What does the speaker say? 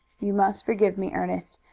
you must forgive me, ernest,